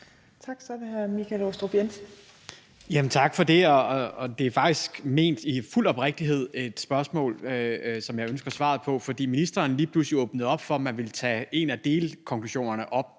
Tak for det. Det er faktisk ment i fuld oprigtighed, at jeg har et spørgsmål, som jeg ønsker svar på. For ministeren åbnede jo lige pludselig op for, at man ville tage en af delkonklusionerne op